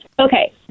Okay